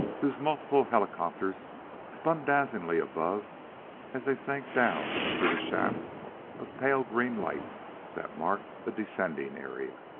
whose multiple helicopters spun dazzlingly above as they sank down through the shaft of pale-green light that marked a descending area.